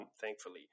thankfully